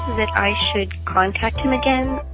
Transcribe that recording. that i should contact him again.